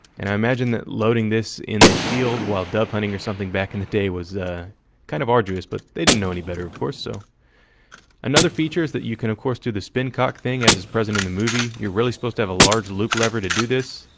and i imagine that loading this in the field while dove-hunting or something back in the day was kind of arduous, but they didn't know any better, of course. so another feature is that you can of course do the spin-cock thing as is present in the movie. you're really supposed to have a large loop lever to do this,